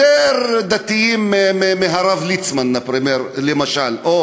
יותר דתיים מהרב ליצמן, למשל, או